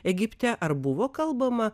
egipte ar buvo kalbama